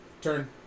Turn